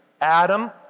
Adam